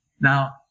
Now